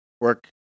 work